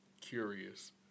curious